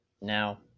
Now